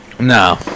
No